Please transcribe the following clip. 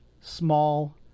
small